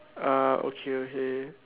uh okay okay